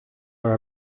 are